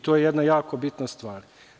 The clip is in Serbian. To je jedna jako bitna stvar.